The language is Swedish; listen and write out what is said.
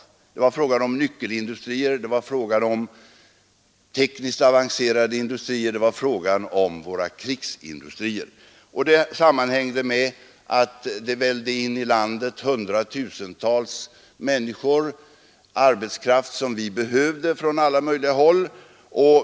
Det var fråga om nyckelindustrier, tekniskt avancerade industrier och våra krigsindustrier. Det sammanhängde med att det vällde in i landet hundratusentals människor, arbetskraft som vi behövde från alla möjliga håll.